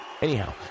anyhow